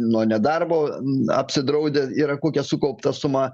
nuo nedarbo apsidraudę yra kokia sukaupta suma